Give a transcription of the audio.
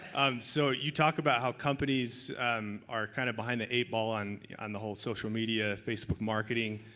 ah. um so you talk about how companies are kind of behind the eight ball on on the whole social media, facebook marketing,